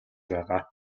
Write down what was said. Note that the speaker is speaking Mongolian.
байгаа